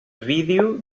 vídeo